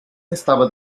estaba